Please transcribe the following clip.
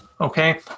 Okay